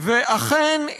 אכן,